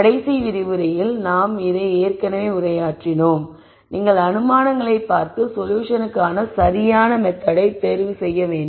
கடைசி விரிவுரையில் நாங்கள் இதை ஏற்கனவே உரையாற்றியுள்ளோம் நீங்கள் அனுமானங்களைப் பார்த்து சொல்யூஷன்க்கான சரியான மெத்தெட் ஐ தேர்வு செய்ய வேண்டும்